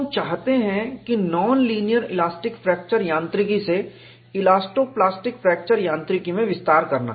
तो हम चाहते है कि नॉन लीनियर इलास्टिक फ्रैक्चर यांत्रिकी से इलास्टो प्लास्टिक फ्रैक्चर यांत्रिकी में विस्तार करना